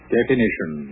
Definition